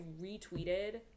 retweeted